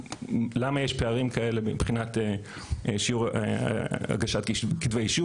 למה יש פערים כאלה מבחינת שיעור הגשת כתבי אישום.